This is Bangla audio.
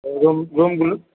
রুম রুমগুলো